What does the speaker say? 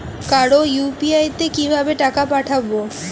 কারো ইউ.পি.আই তে কিভাবে টাকা পাঠাবো?